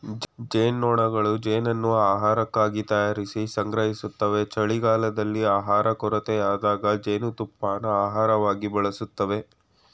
ಜೇನ್ನೊಣಗಳು ಜೇನನ್ನು ಆಹಾರಕ್ಕಾಗಿ ತಯಾರಿಸಿ ಸಂಗ್ರಹಿಸ್ತವೆ ಚಳಿಗಾಲದಲ್ಲಿ ಆಹಾರ ಕೊರತೆಯಾದಾಗ ಜೇನುತುಪ್ಪನ ಆಹಾರವಾಗಿ ಬಳಸ್ತವೆ